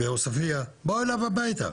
בעוספיה, באו אליו הביתה,